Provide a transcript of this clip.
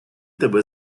тебе